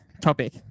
topic